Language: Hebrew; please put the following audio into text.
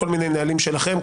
כל מיני נהלים שלכם.